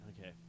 Okay